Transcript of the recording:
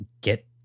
get